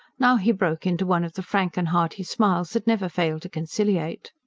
now he broke into one of the frank and hearty smiles that never fail to conciliate.